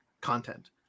content